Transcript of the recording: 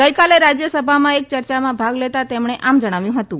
ગઈકાલે રાજ્યસભામાં એક ચર્ચામાં ભાગ લેતા તેમણે આમ જણાવ્યું હતું